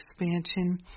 expansion